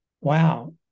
wow